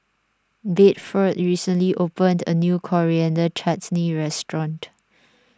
Bedford recently opened a new Coriander Chutney restaurant